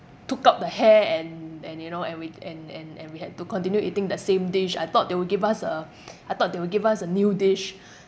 took out the hair and and you know and we and and and we had to continue eating the same dish I thought they will give us a I thought they will give us a new dish